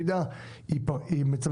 היא נשארת בתפקידה.